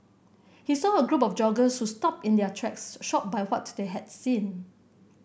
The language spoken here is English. he saw a group of joggers who stopped in their tracks shocked by what they had seen